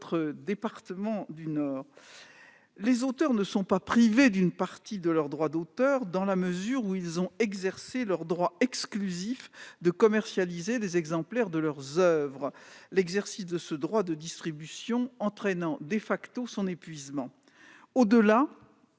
département du Nord. Les auteurs ne sont pas privés d'une partie de leurs droits d'auteur, dans la mesure où ils ont exercé leur droit exclusif de commercialiser les exemplaires de leurs oeuvres, l'exercice de ce droit de distribution entraînant son épuisement. Au-delà,